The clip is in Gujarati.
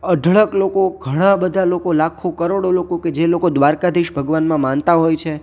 અઢળક લોકો ઘણા બધા લોકો લાખો કરોડો લોકો કે જે લોકો દ્વારિકાધીશ ભગવાનમાં માનતા હોય છે